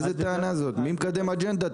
איזה טענה זאת, מי מקדם אג'נדה?